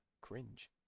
Cringe